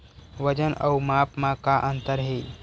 वजन अउ माप म का अंतर हे?